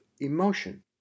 emotion